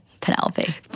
Penelope